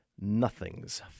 Nothing's